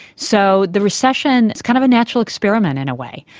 so the recession, it's kind of a natural experiment in a way,